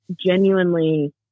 genuinely